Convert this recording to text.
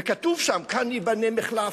וכתוב שם: כאן ייבנה מחלף,